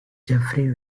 jeffrey